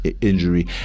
injury